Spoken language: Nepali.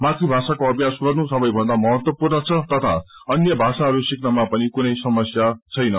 मातृभाषाको अभ्यास गर्नु सबेभन्दा महत्वपूर्ण छ तथा अन्य भाषाहरू सिक्नमा पनि कुनै समस्या छैन